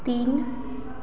तीन